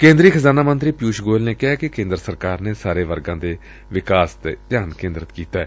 ਕੇ'ਦਰੀ ਖਜ਼ਾਨਾ ਮੰਤਰੀ ਪਿਊਸ਼ ਗੋਇਲ ਨੇ ਕਿਹੈ ਕਿ ਕੇ'ਦਰ ਸਰਕਾਰ ਨੇ ਸਾਰੇ ਵਰਗਾਂ ਦੇ ਵਿਕਾਸ ਤੇ ਧਿਆਨ ਕੇ ਦਰਿਤ ਕੀਤੈ